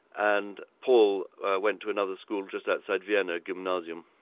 and paul went to another school just outside vienna, gymnasium.